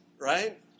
right